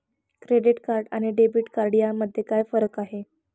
Credit card आणि debit card यामध्ये काय फरक आहे?